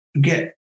get